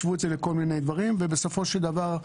השוו את זה לכול מיני דברים ובסופו של דבר,